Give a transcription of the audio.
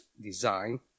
design